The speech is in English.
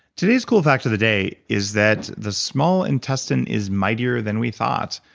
today's cool fact of the day is that the small intestine is mightier than we thought.